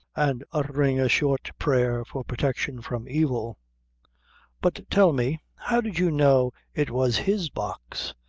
and uttering a short prayer for protection from evil but tell me, how did you know it was his box,